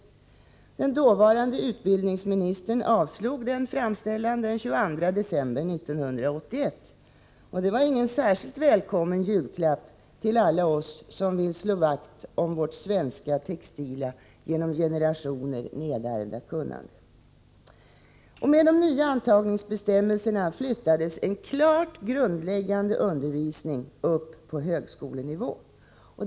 Den dåvarande utbildningsministern avslog denna framställan den 22 december 1981. Det var ingen särskilt välkommen julklapp till alla oss som vill slå vakt om vårt svenska textila, genom generationer nedärvda kunnande. Med de nya antagningsbestämmelserna flyttades en klart grundläggande undervisning upp på högskolenivå.